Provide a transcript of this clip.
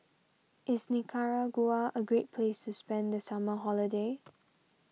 is Nicaragua a great place to spend the summer holiday